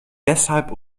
deshalb